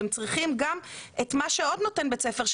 הם צריכים גם את מה שעוד נותן בית ספר,